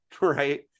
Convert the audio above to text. right